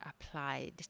applied